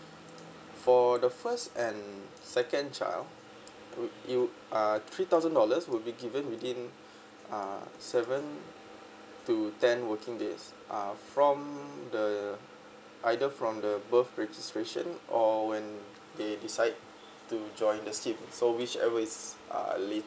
for the first and second child you you uh three thousand dollars would be given within uh seven to ten working days uh from the either from the birth prescription or when they decide to join the scheme so which ever is a la